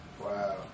Wow